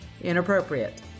inappropriate